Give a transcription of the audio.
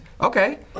Okay